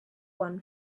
won